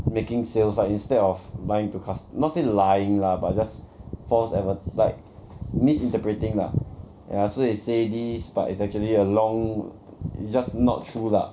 making sales lah instead of lying to cust~ not say lying lah but just false advert~ like misinterpreting lah ya so they say this but it's actually a long it's just not true lah